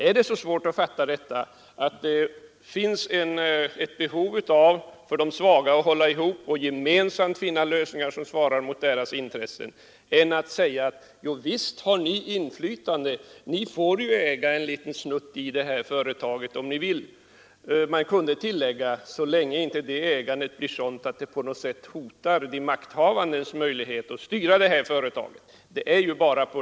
Är det så svårt att fatta att det finns ett behov hos de svaga att hålla ihop för att gemensamt försöka finna lösningar som svarar mot deras intressen? Vore det bättre att säga, att visst har ni inflytande, ni får ju äga en liten snutt i det här företaget, om ni vill? Man kunde tillägga: så länge inte det ägandet blir sådant att det på något sätt hotar de makthavandes möjligheter att styra företaget.